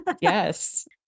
Yes